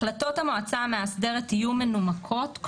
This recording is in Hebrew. החלטות המועצה המאסדרת יהיו מנומקות,